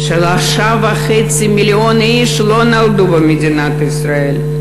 3.5 מיליון איש לא נולדו במדינת ישראל.